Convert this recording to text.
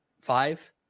five